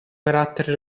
carattere